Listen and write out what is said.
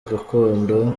gakondo